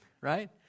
Right